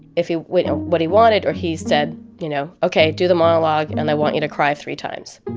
if he what what he wanted, or he said, you know, ok do the monologue, and and i want you to cry three times.